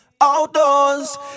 outdoors